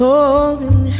Holding